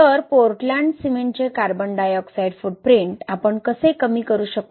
तर पोर्टलँड सिमेंटचे carbon dioxide footprint आपण कसे कमी करू शकतो